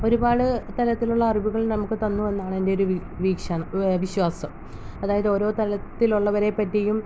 ഒരുപാട് തലത്തിലുള്ള അറിവുകൾ നമുക്ക് തന്നു എന്നാണ് എൻ്റെ ഒരു വീക്ഷണം വിശ്വാസം അതായത് ഓരോ തലത്തിലുള്ളവരെ പറ്റിയും